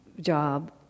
job